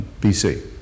BC